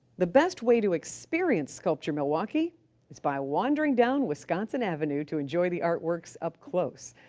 the best way to experience sculpture milwaukee is by wandering down wisconsin avenue to enjoy the artworks up close.